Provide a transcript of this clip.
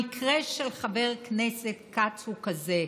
המקרה של חבר הכנסת כץ הוא כזה.